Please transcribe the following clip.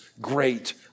great